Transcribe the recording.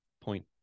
point